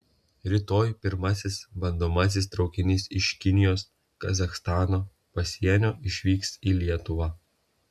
rytoj pirmasis bandomasis traukinys iš kinijos kazachstano pasienio išvyks į lietuvą